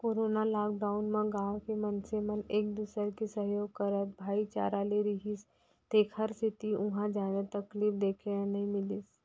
corona lockdown म गाँव के मनसे मन एक दूसर के सहयोग करत भाईचारा ले रिहिस तेखर सेती उहाँ जादा तकलीफ देखे ल नइ मिलिस